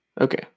Okay